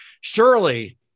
Surely